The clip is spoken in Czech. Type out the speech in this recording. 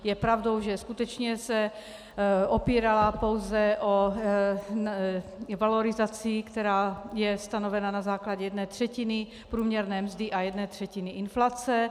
Je pravdou, že se skutečně opírala pouze o valorizaci, která je stanovena na základě jedné třetiny průměrné mzdy a jedné třetiny inflace.